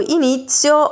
inizio